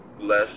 less